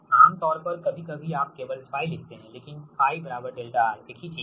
आम तौर पर कभी कभी आप केवल 𝜑 लिखते हैं लेकिन 𝜑 𝛿R एक ही चीज है